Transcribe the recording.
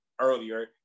earlier